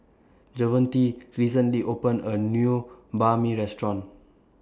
Javonte recently opened A New Banh MI Restaurant